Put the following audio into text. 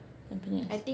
Tampines